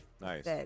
Nice